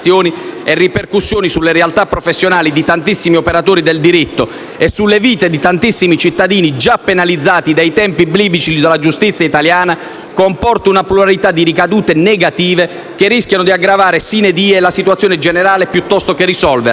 e ripercussioni sulle realtà professionali di tantissimi operatori del diritto e sulle vite di tantissimi cittadini, già penalizzati dai tempi biblici della giustizia italiana, comporta una pluralità di ricadute negative, che rischiano di aggravare *sine die* la situazione generale, piuttosto che risolverla.